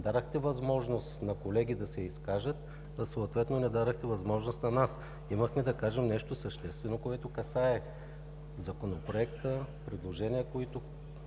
Дадохте възможност на колеги да се изкажат, а съответно не дадохте възможност на нас. Имахме да кажем нещо съществено, което касае Законопроекта, предложения, с които